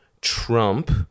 Trump